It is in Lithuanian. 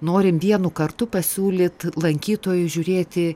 norim vienu kartu pasiūlyt lankytojui žiūrėti